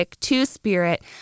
two-spirit